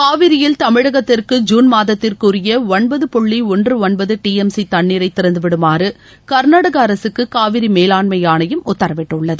காவிரியில் தமிழகத்திற்கு ஜூன் மாதத்திற்குரிய ஒன்பது புள்ளி ஒன்று ஒன்பது டி எம் சி தண்ணீரை திறந்துவிடுமாறு கா்நாடக அரசுக்கு காவிரி மேலாண்மை ஆணையம் உத்தரவிட்டுள்ளது